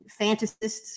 fantasists